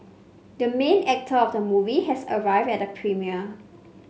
the main actor of the movie has arrived at the premiere